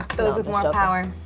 those with more power.